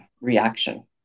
reaction